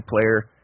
player